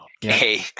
Hey